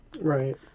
right